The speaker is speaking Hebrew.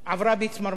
עברה בי צמרמורת.